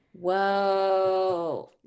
whoa